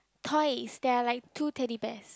toys there are like two Teddy Bears